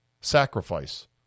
Sacrifice